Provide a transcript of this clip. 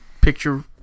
picture